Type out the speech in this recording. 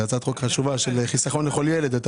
זה הצעת חוק חשובה של חיסכון לכל ילד.